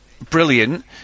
brilliant